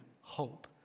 hope